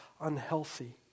unhealthy